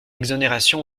exonération